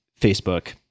Facebook